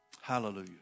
Hallelujah